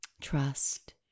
Trust